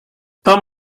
tom